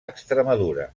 extremadura